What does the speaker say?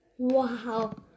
Wow